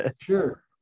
Sure